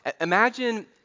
Imagine